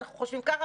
אנחנו חושבים ככה,